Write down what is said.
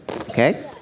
okay